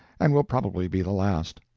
and will probably be the last.